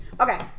Okay